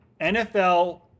NFL